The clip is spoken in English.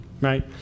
right